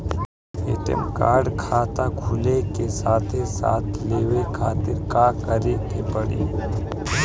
ATM card खाता खुले के साथे साथ लेवे खातिर का करे के पड़ी?